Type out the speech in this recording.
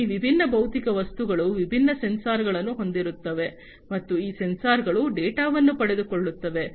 ಈ ವಿಭಿನ್ನ ಭೌತಿಕ ವಸ್ತುಗಳು ವಿಭಿನ್ನ ಸೆನ್ಸರ್ಗಳನ್ನು ಹೊಂದಿರುತ್ತವೆ ಮತ್ತು ಈ ಸೆನ್ಸರ್ಗಳು ಡೇಟಾವನ್ನು ಪಡೆದುಕೊಳ್ಳುತ್ತವೆ